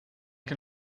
can